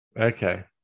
Okay